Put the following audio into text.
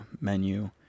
menu